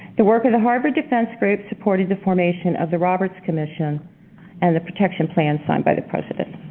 the work of the harvard defense group supported the formation of the roberts commission and the protection plan signed by the president.